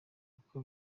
uko